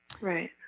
right